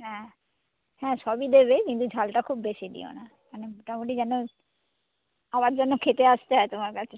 হ্যাঁ হ্যাঁ সবই দেবে কিন্তু ঝালটা খুব বেশি দিও না মানে মোটামুটি যেন আবার যেন খেতে আসতে হয় তোমার কাছে